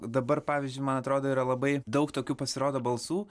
dabar pavyzdžiui man atrodo yra labai daug tokių pasirodo balsų